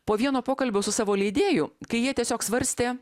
po vieno pokalbio su savo leidėju kai jie tiesiog svarstė